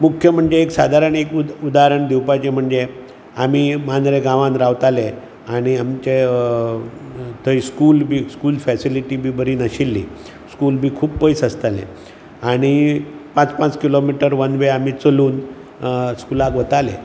मुख्य म्हणजे सादारण एक उदारण दिवपाचें म्हणजे आमी मांद्रे गांवांत रावताले आनी आमचे थंय स्कूल बी स्कूल फेसिलीटी बरी नाशिल्ली स्कूल बी खूब पयस आसतालें आनी पांच पांच किलोमीटर वन वे आमी चलून स्कुलाक वताले